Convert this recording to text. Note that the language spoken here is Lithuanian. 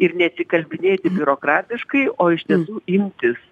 ir neatsikalbinėti biurokratiškai o iš tiesų imtis